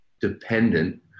dependent